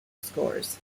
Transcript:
scores